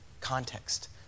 context